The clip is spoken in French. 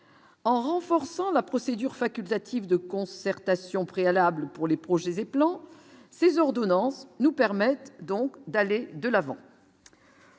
en renforçant la procédure facultative de concertation préalable pour les projets et plan ces ordonnances nous permettent donc d'aller de l'avant.